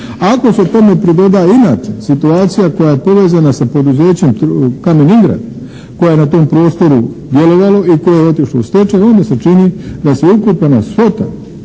Ako se tome pridoda inače situacija koja je povezana sa poduzećem Kamen Ingrad koja je na tom prostoru djelovalo i koje je otišlo u stečaj onda se čini da se ukupna svota